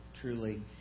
truly